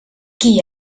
qui